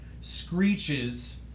screeches